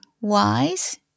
wise